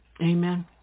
Amen